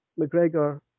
McGregor